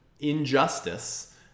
injustice